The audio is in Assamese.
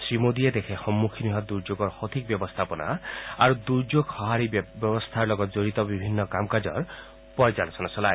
শ্ৰীমোদীয়ে দেশে সন্মুখীন হোৱা দুৰ্যোগৰ সঠিক ব্যৱস্থাপনা আৰু দূৰ্যোগ সঁহাৰি ব্যৱস্থাৰ লগত জৰিত বিভিন্ন কাম কাজৰ পৰ্যালোচনা চলায়